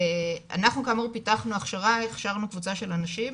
אנחנו כאמור פיתחנו הכשרה, הכשרנו קבוצה של אנשים,